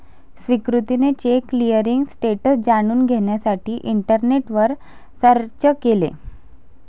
सुकृतीने check clearing status जाणून घेण्यासाठी इंटरनेटवर सर्च केले